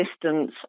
distance